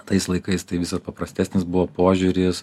tais laikais tai visas paprastesnis buvo požiūris